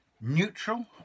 neutral